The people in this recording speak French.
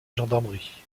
gendarmerie